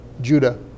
Judah